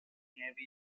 navy